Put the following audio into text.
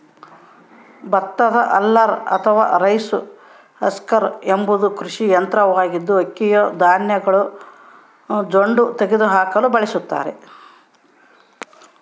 ಭತ್ತದ ಹಲ್ಲರ್ ಅಥವಾ rice husker ಎಂಬುದು ಕೃಷಿ ಯಂತ್ರವಾಗಿದ್ದು, ಅಕ್ಕಿಯ ಧಾನ್ಯಗಳ ಜೊಂಡು ತೆಗೆದುಹಾಕಲು ಬಳಸತಾರ